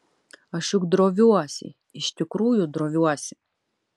aš juk droviuosi iš tikrųjų droviuosi